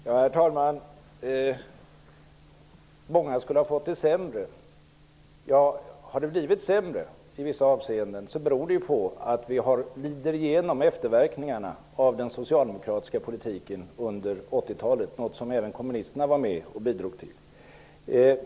Herr talman! Många skulle ha fått det sämre, enligt Lars Bäckström. Ja, har det blivit sämre i vissa avseenden så beror det ju på att vi lider igenom efterverkningarna av den socialdemokratiska politiken under 80-talet, något som även kommunisterna var med och bidrog till.